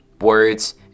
words